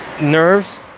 nerves